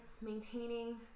maintaining